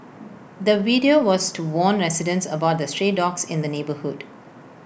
the video was to warn residents about the stray dogs in the neighbourhood